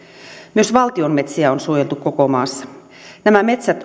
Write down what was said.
myös valtion metsiä on suojeltu koko maassa nämä metsät